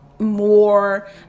More